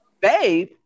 Babe